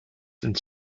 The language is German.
ins